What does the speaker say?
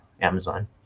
Amazon